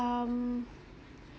um